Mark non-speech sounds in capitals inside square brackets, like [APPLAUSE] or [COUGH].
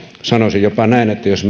sanoisin jopa näin että jos [UNINTELLIGIBLE]